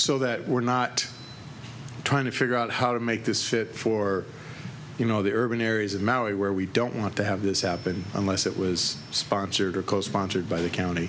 so that we're not trying to figure out how to make this fit for you know the urban areas of maui where we don't want to have this happen unless it was sponsored or co sponsored by the county